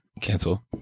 cancel